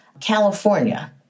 California